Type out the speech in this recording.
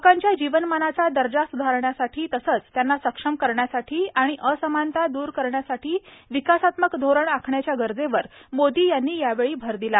लोकांच्या जीवनमानाचा दर्जा स्धारण्यासाठी तसंच त्यांना सक्षम करण्यासाठी आणि असमानता दूर करण्यासाठी विकासात्मक धोरण आखण्याच्या गरजेवर मोदी यांनी यावेळी भर दिला